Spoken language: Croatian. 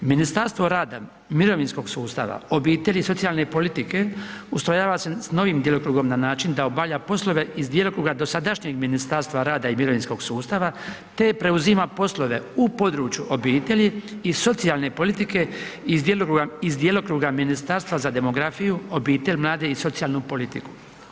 Ministarstvo rada i mirovinskog sustava, obitelji i socijalne politike ustrojava se s novim djelokrugom na način da obavlja poslove iz djelokruga dosadašnjeg ministarstva rada i mirovinskog sustava te preuzima poslove u području obitelji i socijalne politike iz djelokruga Ministarstva za demografiju, obitelj, mlade i socijalnu politiku.